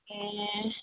ए